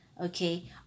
okay